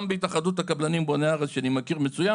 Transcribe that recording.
גם בהתאחדות הקבלנים בוני הארץ שאני מכיר מצוין,